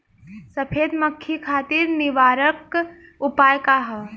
सफेद मक्खी खातिर निवारक उपाय का ह?